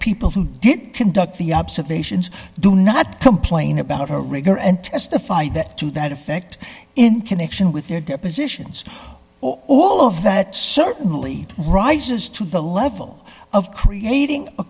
people who did conduct the observations do not complain about her rigor and testified that to that effect in connection with their depositions all of that certainly rises to the level of creating a